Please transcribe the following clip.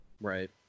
Right